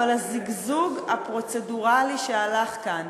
אבל הזגזוג הפרוצדורלי שהלך כאן,